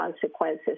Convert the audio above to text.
consequences